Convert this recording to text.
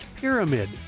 Pyramid